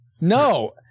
No